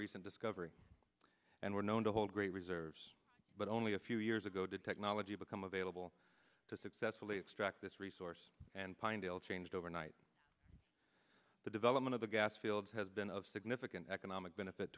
recent discovery and were known to hold great reserves but only a few years ago did technology become available to successfully extract this resource and pinedale changed overnight the development of the gas fields has been of significant economic benefit